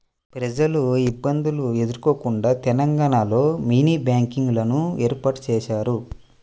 ప్రజలు ఇబ్బందులు ఎదుర్కోకుండా తెలంగాణలో మినీ బ్యాంకింగ్ లను ఏర్పాటు చేశారు